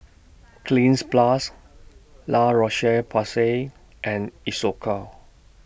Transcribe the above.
Cleanz Plus La Roche Porsay and Isocal